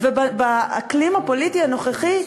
ובאקלים הפוליטי הנוכחי,